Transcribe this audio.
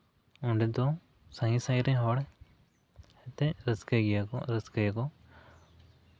ᱚᱸᱰᱮ ᱫᱚ ᱥᱟᱺᱜᱤᱧᱼᱥᱟᱺᱜᱤᱧ ᱨᱮᱱ ᱦᱚᱲ ᱦᱮᱡ ᱠᱟᱛᱮᱫ ᱨᱟᱹᱥᱠᱟᱹᱭ ᱜᱮᱭᱟ ᱠᱚ ᱨᱟᱹᱥᱠᱟᱹᱭ ᱟᱠᱚ